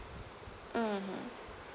mmhmm